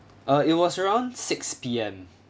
uh it was around six P_M